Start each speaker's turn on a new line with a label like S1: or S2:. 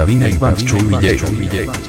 S1: en Manchow-Millet.